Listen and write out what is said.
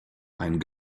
ein